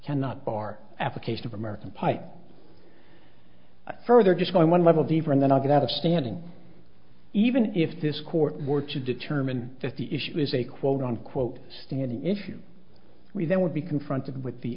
cannot bar application of american pie further just my one level deeper and then i get out of standing even if this court were to determine that the issue is a quote unquote standing if you were there would be confronted with the